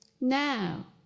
Now